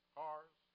cars